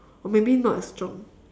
or maybe not as strong